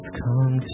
come